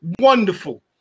wonderful